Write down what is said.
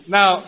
Now